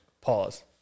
Pause